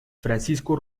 francisco